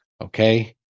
okay